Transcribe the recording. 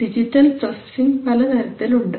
digital processing പലതരത്തിലുണ്ട്